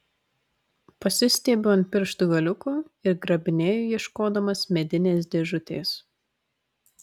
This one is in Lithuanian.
pasistiebiu ant pirštų galiukų ir grabinėju ieškodamas medinės dėžutės